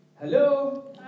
Hello